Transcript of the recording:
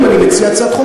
אם אני מציע הצעת חוק,